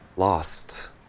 Lost